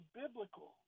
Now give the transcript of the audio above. biblical